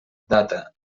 data